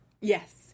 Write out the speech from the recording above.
Yes